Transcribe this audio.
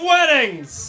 Weddings